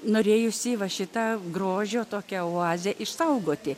norėjosi va šitą grožio tokią oazę išsaugoti